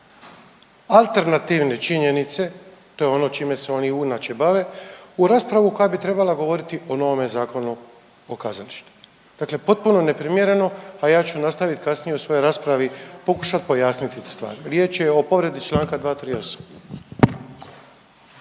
alternativne činjenice, to je ono čime se oni inače bave u raspravu koja bi trebala govoriti o novome Zakonu o kazalištu. Dakle, potpuno neprimjereno, a ja ću nastaviti kasnije u svojoj raspravi pokušat pojasnit stvar. Riječ je o povredi čl. 238.